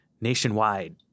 nationwide